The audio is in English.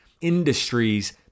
industries